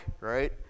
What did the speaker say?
Right